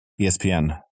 ESPN